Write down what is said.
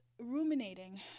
Ruminating